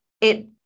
It-